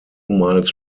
miles